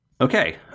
Okay